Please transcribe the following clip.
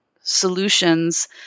solutions